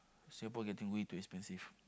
Singapore getting way too expensive